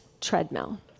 treadmill